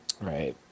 Right